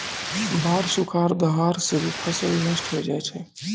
बाढ़, सुखाड़, दहाड़ सें भी फसल नष्ट होय जाय छै